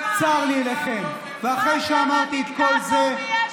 מה שלום הדיקטטור?